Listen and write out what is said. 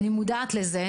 אני מודעת לזה,